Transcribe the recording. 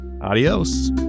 Adios